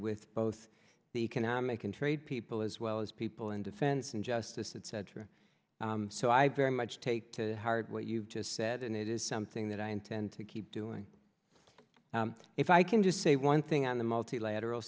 with both the economic and trade people as well as people in defense and justice etc so i very much take to heart what you've just said and it is something that i intend to keep doing if i can just say one thing on the multilateral